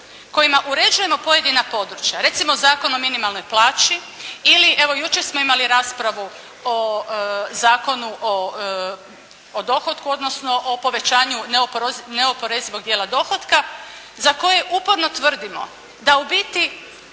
kojima uređujemo pojedina područja. Recimo Zakon o minimalnoj plaći ili evo jučer smo imali raspravu o Zakonu o dohotku, odnosno o povećanju neoporezivog dijela dohotka za koje uporno tvrdimo da u biti